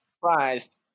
surprised